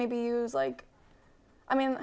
maybe use like i mean